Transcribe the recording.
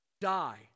Die